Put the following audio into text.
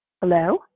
hello